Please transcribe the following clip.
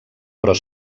però